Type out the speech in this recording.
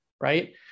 right